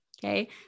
Okay